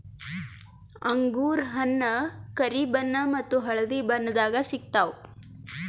ಅಂಗೂರ್ ಹಣ್ಣ್ ಕರಿ ಬಣ್ಣ ಮತ್ತ್ ಹಳ್ದಿ ಬಣ್ಣದಾಗ್ ಸಿಗ್ತವ್